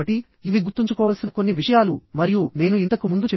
అంటే దాని గుండా ఫెయిల్యూర్ అవుతుంది